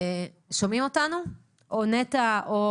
נטע או